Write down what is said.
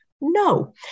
No